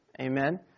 Amen